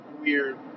Weird